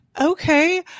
Okay